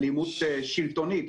אלימות שלטונית,